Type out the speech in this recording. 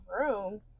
room